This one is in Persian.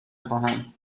خواهم